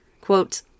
Quote